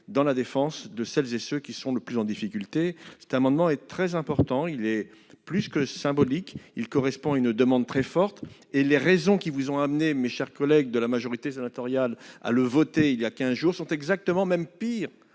dans la défense de celles et ceux qui sont le plus en difficulté. Cet amendement est très important : il est plus que symbolique, il répond à une demande très forte. Les raisons qui vous ont amenés, mes chers collègues de la majorité sénatoriale, à voter en faveur d'une disposition identique